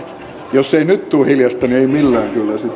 jos ei nyt tule hiljaista niin ei millään kyllä